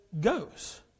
goes